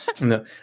No